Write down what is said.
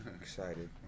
Excited